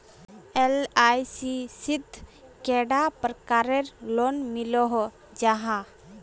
LIC शित कैडा प्रकारेर लोन मिलोहो जाहा?